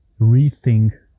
rethink